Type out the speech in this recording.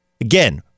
Again